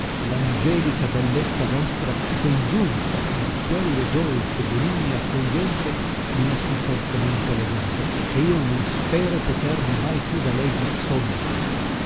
mia l'angelica bellezza vostra congiunta con quelle dolci e benigne accoglienze mia sì fortemente legato che io non spero potermi mai più da lei dissogliere